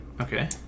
okay